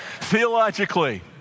Theologically